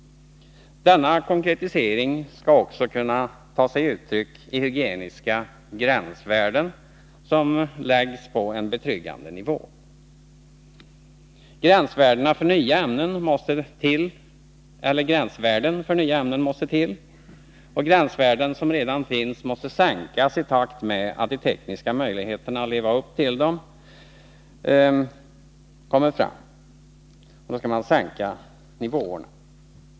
Denna konkretisering skall också kunna ta sig uttryck i hygieniska gränsvärden som läggs på en betryggande nivå. Gränsvärden för nya ämnen måste till, och gränsvärden som redan finns måste sänkas i takt med att de tekniska möjligheterna att leva upp till de sänkta nivåerna kommer fram.